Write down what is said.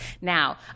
Now